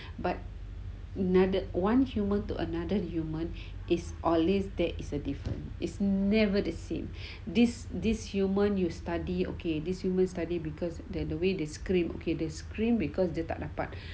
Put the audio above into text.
but another one human to another human is always there is a different is never the same this this human you study okay this human study because their the way they scream okay the scream because dia tak dapat